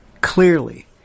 clearly